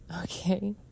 Okay